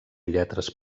lletres